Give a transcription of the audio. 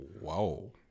Whoa